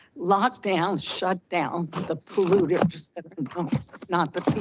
lock down, shut down the polluters not the